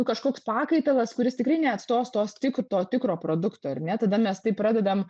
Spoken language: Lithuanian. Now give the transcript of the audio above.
kažkoks pakaitalas kuris tikrai neatstos tos tik to tikro produkto ar ne tada mes tai pradedam